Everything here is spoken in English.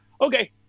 Okay